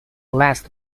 last